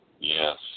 Yes